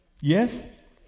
yes